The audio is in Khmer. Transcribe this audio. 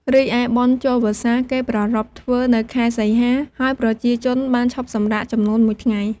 រីឯបុណ្យចូលវស្សា គេប្រារព្ធធ្វើនៅខែសីហា ហើយប្រជាជនបានឈប់សម្រាកចំនួនមួយថ្ងៃ ។